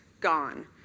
gone